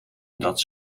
dat